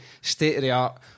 state-of-the-art